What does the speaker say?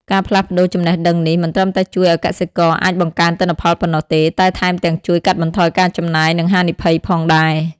ការផ្លាស់ប្តូរចំណេះដឹងនេះមិនត្រឹមតែជួយឲ្យកសិករអាចបង្កើនទិន្នផលប៉ុណ្ណោះទេ តែថែមទាំងជួយកាត់បន្ថយការចំណាយ និងហានិភ័យផងដែរ។